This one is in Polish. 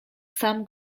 sam